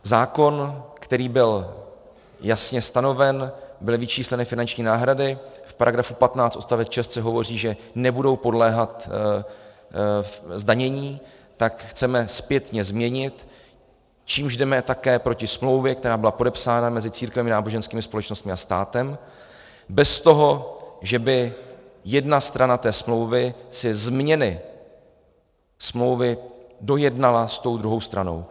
Zákonem, který byl jasně stanoven, byly vyčísleny finanční náhrady, v § 15 odst. 6 se hovoří, že nebudou podléhat zdanění, tak chceme zpětně změnit, čímž jdeme také proti smlouvě, která byla podepsána mezi církvemi, náboženskými společnostmi a státem, bez toho, že by jedna strana té smlouvy si změny smlouvy dojednala s druhou stranou.